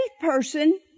person